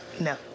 no